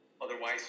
otherwise